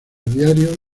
diarios